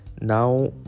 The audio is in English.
Now